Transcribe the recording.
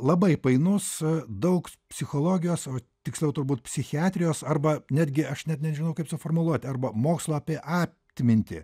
labai painus daug psichologijos o tiksliau turbūt psichiatrijos arba netgi aš net nežinau kaip suformuluoti arba mokslo apie atmintį